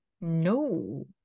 No